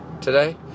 today